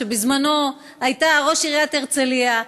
שבזמנו הייתה ראש עיריית הרצליה,